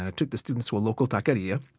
and took the students to a local taqueria.